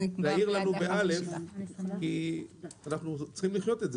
אנחנו צריכים לחיות את זה.